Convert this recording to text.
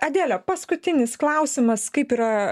adele paskutinis klausimas kaip yra